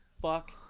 fuck